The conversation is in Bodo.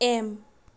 एम